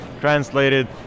translated